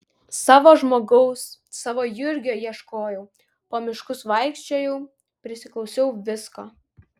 savo žmogaus savo jurgio ieškojau po miškus vaikščiojau prisiklausiau visko